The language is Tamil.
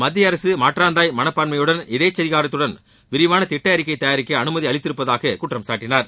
மத்திய அரசு மாற்றந்தாய் மனப்பான்மையுடனும் எதேச்சதிகாரத்துடனும் விரிவான திட்ட அறிக்கை தயாரிக்க அனுமதி அளித்திருப்பதாகக் குற்றம்சாட்டினார்